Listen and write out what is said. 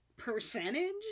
percentage